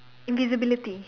invisibility